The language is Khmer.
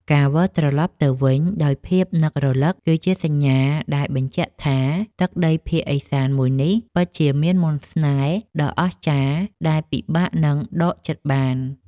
ការវិលត្រឡប់ទៅវិញដោយភាពនឹករលឹកគឺជាសញ្ញាដែលបញ្ជាក់ថា ទឹកដីភាគឦសានមួយនេះពិតជាមានមន្តស្នេហ៍ដ៏អស្ចារ្យដែលពិបាកនឹងដកចិត្តបាន។